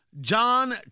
John